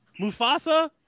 Mufasa